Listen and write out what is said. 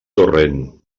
torrent